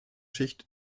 schicht